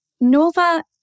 Nova